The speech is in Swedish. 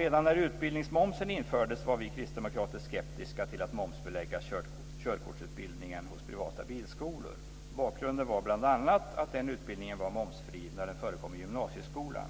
Redan när utbildningsmomsen infördes var vi kristdemokrater skeptiska till att momsbelägga körkortsutbildningen hos privata bilskolor. Bakgrunden var bl.a. att den utbildningen var momsfri när den förekom i gymnasieskolan.